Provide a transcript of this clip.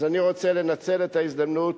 אז אני רוצה לנצל את ההזדמנות,